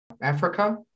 Africa